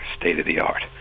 state-of-the-art